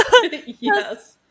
yes